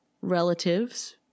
relatives